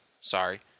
sorry